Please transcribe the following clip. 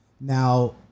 Now